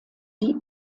die